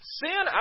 sin